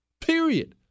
period